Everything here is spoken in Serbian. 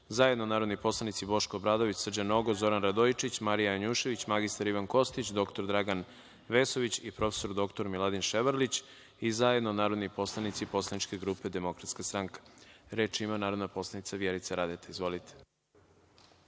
zajedno narodni poslanici Boško Obradović, Srđan Nogo, Zoran Radojičić, Marija Janjušević, mr Ivan Kostić, dr Dragan Vesović i prof. dr Miladin Ševarlić i zajedno narodni poslanici poslaničke grupe DS.Reč ima narodna poslanica Vjerica Radeta. Izvolite.